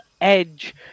Edge